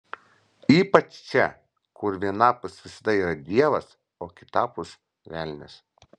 ypač čia kur vienapus visada yra dievas o kitapus velnias